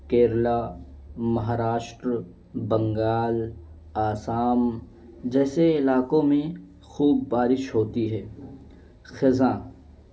کیرلا مہاراشٹر بنگال آسام جیسے علاقوں میں خوب بارش ہوتی ہے خضاں